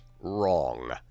wrong